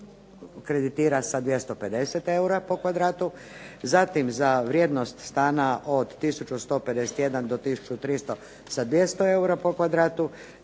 kreditira sa 250 eura po kvadratu. Zatim, za vrijednost stana od tisuću 151 do tisuću 300 sa 200 eura po kvadratu,